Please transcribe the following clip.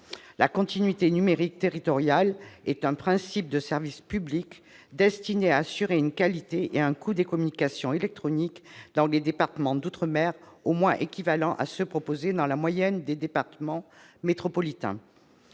La continuité numérique territoriale est un principe de service public destiné à assurer une qualité et un coût des communications électroniques dans les départements d'outre-mer au moins équivalents à ceux qui sont proposés dans la moyenne des départements métropolitains.